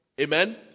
Amen